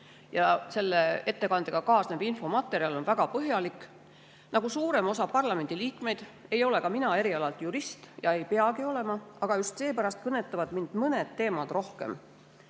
ja ettekandega kaasnev infomaterjal on väga põhjalik. Nagu suurem osa parlamendiliikmeid, ei ole ka mina erialalt jurist – ei peagi olema –, aga just seepärast kõnetavad mind mõned teemad rohkem.